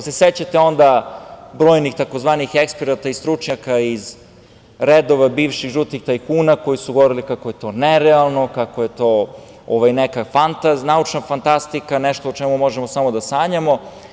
Sećate se onda brojnih tzv. eksperata i stručnjaka iz redova bivših žutih tajkuna koji su govorili kako je to nerealno, kako je to neka naučna fantastika, nešto o čemu možemo samo da sanjamo.